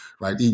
Right